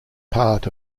part